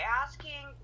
asking